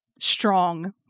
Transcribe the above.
strong